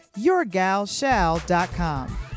YourGalShall.com